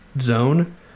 zone